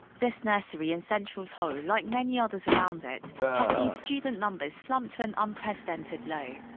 this nursery in central seoul, like many others around it. has seen student numbers slump to an unprecedented low.